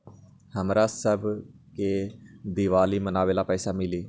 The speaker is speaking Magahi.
हमरा शव के दिवाली मनावेला पैसा मिली?